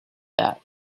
that